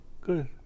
Good